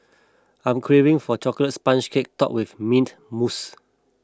I am craving for Chocolate Sponge Cake Topped with Mint Mousse